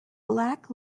black